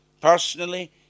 Personally